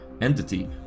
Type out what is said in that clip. entity